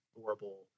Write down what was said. horrible